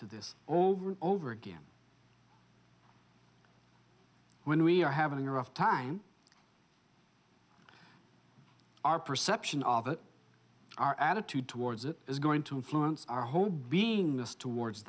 to this over and over again when we are having a rough time our perception of it our attitude towards it is going to influence our whole beingness towards